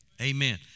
Amen